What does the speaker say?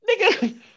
Nigga